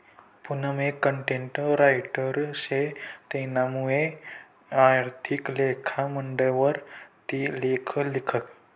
पूनम एक content writer शे तेनामुये आर्थिक लेखा मंडयवर ती लेख लिखस